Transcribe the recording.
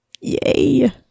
Yay